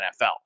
NFL